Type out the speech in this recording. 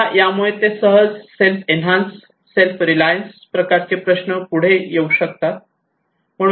तेव्हा यामुळे ते सहज सेल्फ एन्हान्स सेल्फ रिलायन्स प्रकारचे प्रश्न पुढे नेऊ शकतात